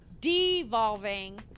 devolving